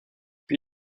puis